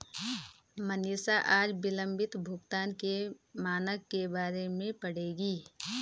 मनीषा आज विलंबित भुगतान के मानक के बारे में पढ़ेगी